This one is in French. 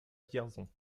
vierzon